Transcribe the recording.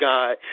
God